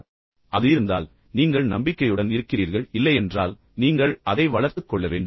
உங்களிடம் அது இருந்தால் நீங்கள் நம்பிக்கையுடன் இருக்கிறீர்கள் இல்லையென்றால் நீங்கள் அதை வளர்த்துக் கொள்ளவேண்டும்